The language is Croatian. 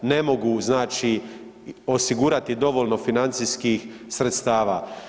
Ne mogu znači osigurati dovoljno financijskih sredstava.